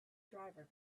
driver